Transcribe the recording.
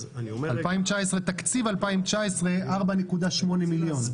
תקציב 2019, 4.8 מיליון.